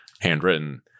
handwritten